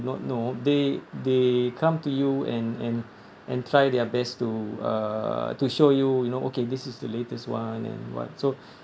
do not know they they come to you and and and try their best to uh to show you you know okay this is the latest one and what so